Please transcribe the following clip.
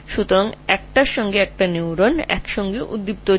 সুতরাং এটি একটি থেকে আরেকটি নিউরন নয় এরা একসাথে ফায়ার করছে